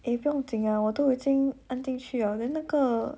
eh 不用紧啊我都已经按进去了 then 那个